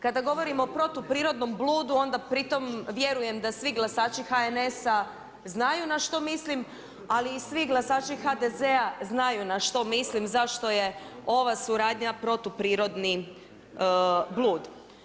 Kada govorimo o protuprirodnom bludu onda pritom vjerujem da svi glasači HNS-a znaju na što mislim ali i svi glasači HDZ-a znaju na što mislim, zašto je ova suradnja protuprirodni blud.